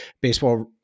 baseball